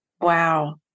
Wow